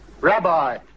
Rabbi